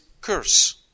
curse